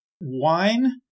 wine